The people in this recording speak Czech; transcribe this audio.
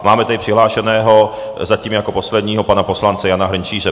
Máme tady přihlášeného, zatím jako posledního, pana poslance Jana Hrnčíře.